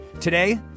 Today